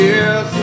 Yes